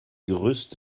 gerüst